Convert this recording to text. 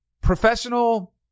professional